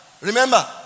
remember